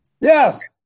Yes